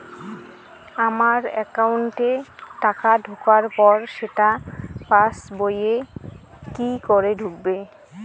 আমার একাউন্টে টাকা ঢোকার পর সেটা পাসবইয়ে কি করে উঠবে?